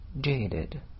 jaded